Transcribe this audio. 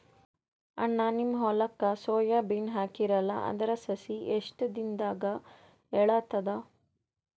ಅಣ್ಣಾ, ನಿಮ್ಮ ಹೊಲಕ್ಕ ಸೋಯ ಬೀನ ಹಾಕೀರಲಾ, ಅದರ ಸಸಿ ಎಷ್ಟ ದಿಂದಾಗ ಏಳತದ?